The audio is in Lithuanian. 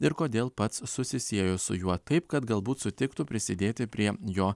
ir kodėl pats susisiejo su juo taip kad galbūt sutiktų prisidėti prie jo